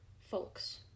folks